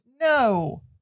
No